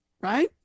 Right